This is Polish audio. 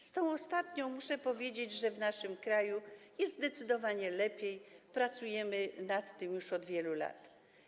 Z tą ostatnią, muszę powiedzieć, w naszym kraju jest zdecydowanie lepiej, pracujemy nad tym już od wielu lat.